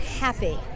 happy